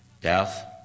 death